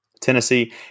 Tennessee